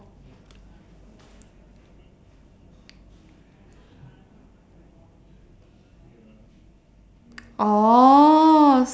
orh